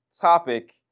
topic